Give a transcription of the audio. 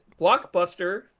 Blockbuster